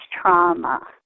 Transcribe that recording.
trauma